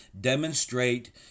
Demonstrate